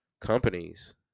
companies